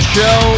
Show